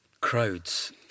Crowds